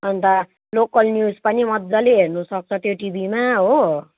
अन्त local news पनि मजाले हेर्नुसक्छ त्यो टिभीमा हो